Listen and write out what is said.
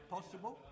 Possible